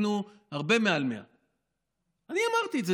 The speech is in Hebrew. היינו הרבה מעל 100. אני אמרתי את זה,